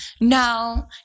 no